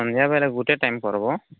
ସନ୍ଧ୍ୟାବେଳେ ଗୋଟେ ଟାଇମ୍ କର୍ବ